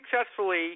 successfully